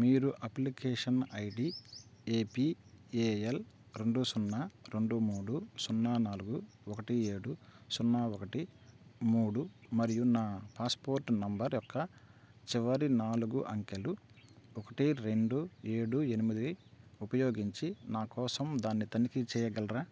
మీరు application ID A P A L రెండు సున్నా రెండు మూడు సున్నా నాలుగు ఒకటి ఏడు సున్నా ఒకటి మూడు మరియు నా పాస్పోర్ట్ నంబర్ యొక్క చివరి నాలుగు అంకెలు ఒకటి రెండు ఏడు ఎనిమిది ఉపయోగించి నాకోసం దాన్ని తనిఖీ చేయగలరా